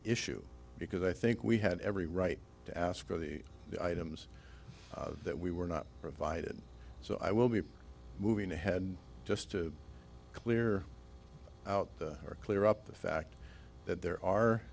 issue because i think we had every right to ask for the items that we were not provided so i will be moving ahead just to clear out or clear up the fact that there are